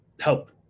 help